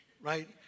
right